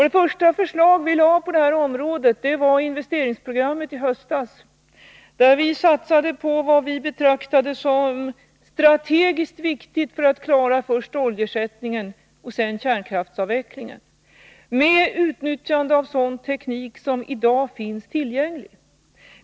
Det första förslag vi lade fram på det här området var investeringsprogrammet i höstas, där vi satsade på vad vi betraktade som strategiskt viktigt för att kunna klara först oljeersättningen och sedan kärnkraftsavvecklingen med utnyttjande av sådan teknik som i dag finns tillgänglig.